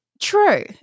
True